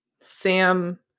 Sam